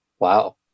Wow